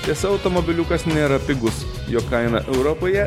tiesa automobiliukas nėra pigus jo kaina europoje